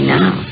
now